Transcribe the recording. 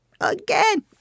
again